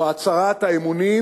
או הצהרת האמונים